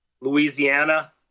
Louisiana